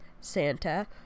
Santa